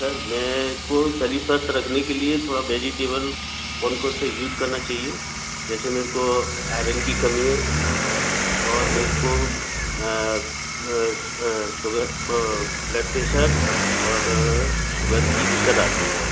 sir मेको शरीर स्वस्थ रखने के लिए थोड़ा वेजीटेबल कौन कौन से यूज़ करना चाहिए जैसे मेरे को आयरन की कमी है और मेरे को शुगर ब्लड प्रेशर और शुगर की दिक्कत आती है